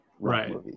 right